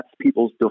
people's